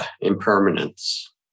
impermanence